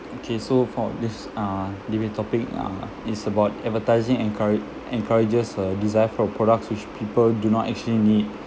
okay so for this uh debate topic uh it's about advertising encoura~ encourages uh desire for products which people do not actually need